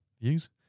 views